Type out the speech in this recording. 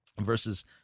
verses